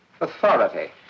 Authority